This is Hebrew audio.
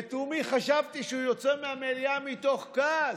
לתומי חשבתי שהוא יוצא מהמליאה מתוך כעס.